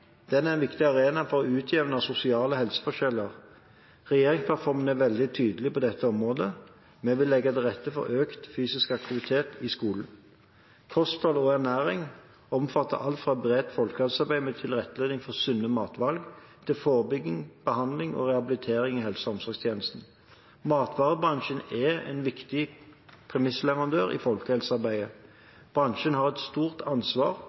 arena for utjevning av sosiale helseforskjeller. Regjeringsplattformen er veldig tydelig på dette området – vi vil legge til rette for økt fysisk aktivitet i skolen. Kosthold og ernæring omfatter alt fra bredt folkehelsearbeid med tilrettelegging for sunne matvalg til forebygging, behandling og rehabilitering i helse- og omsorgstjenesten. Matvarebransjen er en viktig premissleverandør i folkehelsearbeidet. Bransjen har et stort ansvar